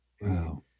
Wow